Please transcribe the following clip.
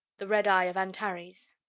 the red eye of antares.